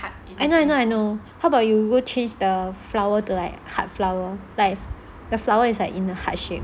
I know I know I know how about you change the flower to like heart flower like the flower is like in the heart shape